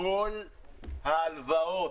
כל ההלוואות,